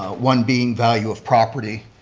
ah one being value of property.